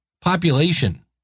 population